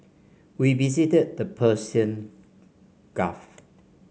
we visited the Persian Gulf